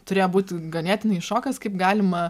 turėjo būti ganėtinai šokas kaip galima